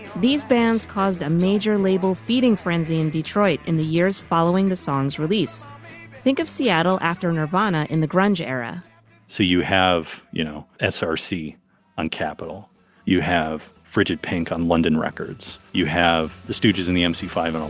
these bands caused a major label feeding frenzy in detroit. in the years following the song's release think of seattle after nirvana in the grunge era so you have you know s ah or c on capital you have frigid pink on london records. you have the stooges in the m c. five and elektra.